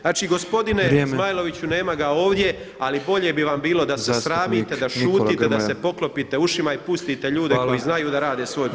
Znači gospodine Zmajloviću [[Upadica Petrov: Vrijeme.]] nema ga ovdje, ali bolje bi vam bilo da se sramite, da šutite [[Upadica Petrov: Zastupnik Nikola Grmoja.]] da se poklopite ušima i pustite ljude koji da znaju da rade svoj posao.